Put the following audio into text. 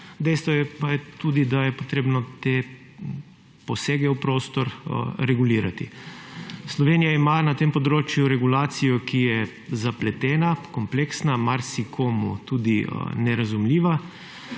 dejstvo pa je tudi, da je potrebno te posege v prostor regulirati. Slovenija ima na tem področju regulacijo, ki je zapletena, kompleksna, marsikomu tudi nerazumljiva.